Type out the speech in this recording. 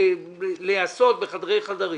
להיעשות בחדרי חדרים.